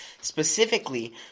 specifically